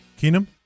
Keenum